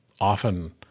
often